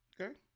Okay